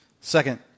Second